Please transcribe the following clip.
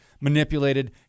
manipulated